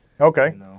Okay